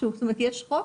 מתי סוף סוף יהיה חוק